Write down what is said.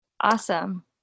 awesome